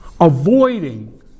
avoiding